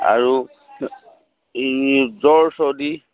আৰু এই জ্বৰ চদি